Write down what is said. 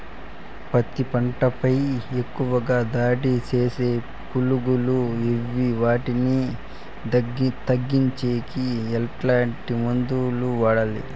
పత్తి పంట పై ఎక్కువగా దాడి సేసే పులుగులు ఏవి వాటిని తగ్గించేకి ఎట్లాంటి మందులు వాడాలి?